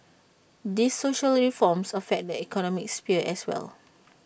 these social reforms affect the economic sphere as well